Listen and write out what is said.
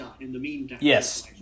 Yes